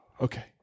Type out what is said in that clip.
Okay